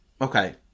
Okay